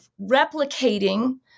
replicating